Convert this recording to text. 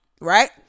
right